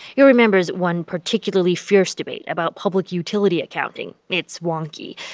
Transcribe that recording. he remembers one particularly fierce debate about public utility accounting. it's wonky.